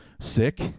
sick